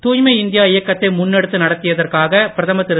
தூய்மை இந்தியா இயக்கத்தை முன்னெடுத்து நடத்தியற்காக பிரதமர் திரு